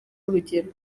urugero